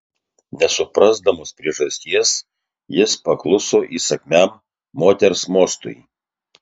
nesuprasdamas priežasties jis pakluso įsakmiam moters mostui